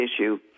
issue